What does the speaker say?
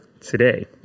today